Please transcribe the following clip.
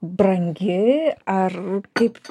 brangi ar kaip